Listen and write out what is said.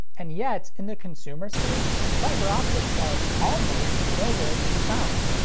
and yet, in the consumer space, fiber optics are almost nowhere to be found.